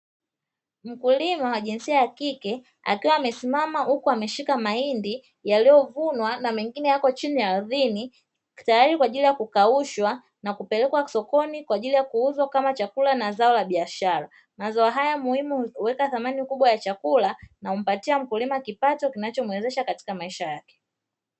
Mkulima wa jinsia ya kike akiwa amesimama huku ameshika mahindi yaliyovunwa na mengine yako chini ya ardhini, tayari kwaajili ya kukaushwa na kupelekwa sokoni kwaajili ya kuuzwa kama chakula na zao la biashara, mazao haya muhimu huweka thamani kubwa ya chakula na humpatia mkulima kipato kinachomuwezesha katika maisha yake.